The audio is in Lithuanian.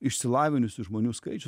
išsilavinusių žmonių skaičius